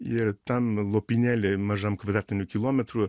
ir tam lopinėliui mažam kvadratinių kilometrų